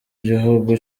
igihugu